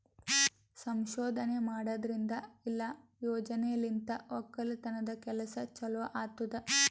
ಸಂಶೋಧನೆ ಮಾಡದ್ರಿಂದ ಇಲ್ಲಾ ಯೋಜನೆಲಿಂತ್ ಒಕ್ಕಲತನದ್ ಕೆಲಸ ಚಲೋ ಆತ್ತುದ್